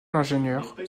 l’ingénieur